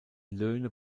löhne